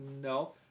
No